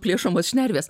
plėšomos šnervės